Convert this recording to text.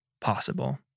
possible